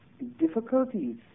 difficulties